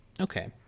Okay